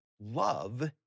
love